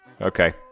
Okay